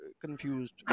confused